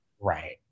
right